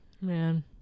Man